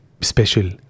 special